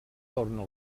torna